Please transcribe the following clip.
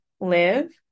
live